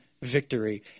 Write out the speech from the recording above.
Victory